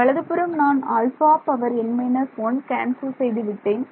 வலதுபுறம் நான் கேன்சல் செய்து விட்டேன்